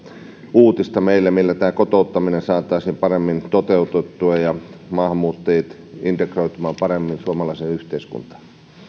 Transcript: uutista millä tämä kotouttaminen saataisiin paremmin toteutettua ja maahanmuuttajat integroitumaan paremmin suomalaiseen yhteiskuntaan